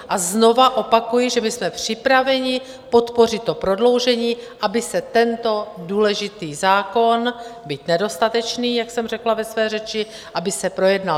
A znovu opakuji, že my jsme připraveni podpořit to prodloužení, aby se tento důležitý zákon, byť nedostatečný, jak jsem řekla ve své řeči, projednal.